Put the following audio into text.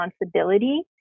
responsibility